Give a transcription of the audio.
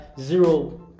zero